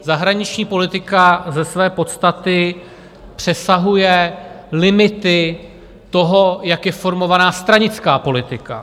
Zahraniční politika ze své podstaty přesahuje limity toho, jak je formována stranická politika.